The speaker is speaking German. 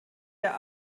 der